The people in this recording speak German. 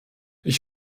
ich